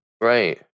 Right